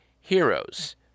heroes